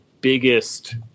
biggest